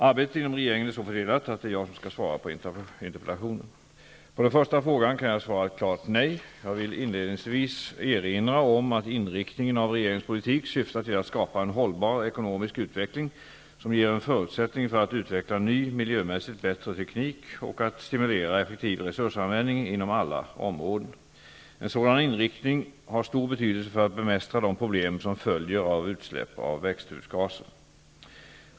Arbetet inom regeringen är så fördelat att det är jag som skall svara på interpellationen. På den första frågan kan jag svara ett klart nej. Jag vill inledningsvis erinra om att inriktningen av regeringens politik syftar till att skapa en hållbar ekonomisk utveckling som ger en förutsättning för att utveckla ny miljömässigt bättre teknik och att stimulra effektiv resursanvändning inom alla områden. En sådan inriktning har stor betydelse för att bemästra de problem som följer av utsläpp av växthusgaser.